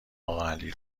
اقاعلی